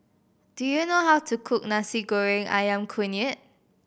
do you know how to cook Nasi Goreng Ayam Kunyit